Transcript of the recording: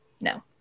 no